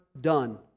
done